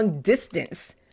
distance